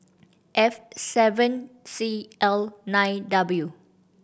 F seven C L nine W